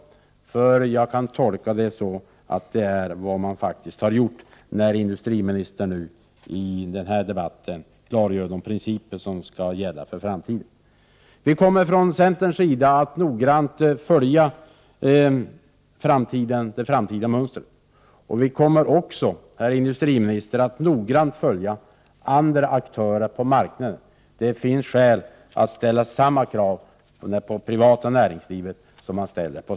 Jag tolkar nämligen regeringens handlande på så sätt att det är vad regeringen faktiskt har gjort, då industriministern i den här debatten klargör vilka principer som skall gälla i framtiden. Från centerns sida kommer vi noggrant att följa det framtida mönstret. Vi kommer också, herr industriminister, att noggrant följa andra aktörer på marknaden. Det finns skäl att ställa samma krav på det privata näringslivet som på staten.